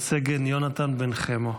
את סגן יונתן בן חמו,